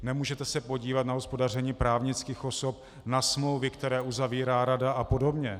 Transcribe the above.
Nemůžete se podívat na hospodaření právnických osob, na smlouvy, které uzavírá rada, a podobně.